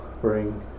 bring